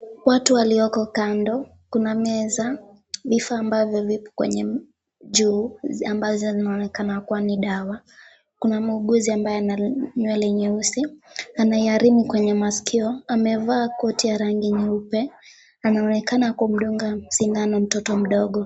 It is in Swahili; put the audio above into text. Watu walioko kando, kuna meza vifaa ambavyo viko kwenye juu ambazo zinaonekana kuwa ni dawa, kuna muuguzi ambaye ana nywele nyeusi, ana [ cs] earing [ cs] kwenye maskio. Amevaa koti ya rangi nyeupe anaonekana kumdunga sindano mtoto mdogo.